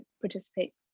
participate